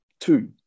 two